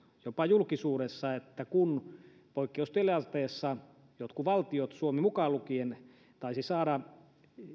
jopa julkisuudessa että kun poikkeustilanteessa jotkut valtiot suomi mukaan lukien taisivat saada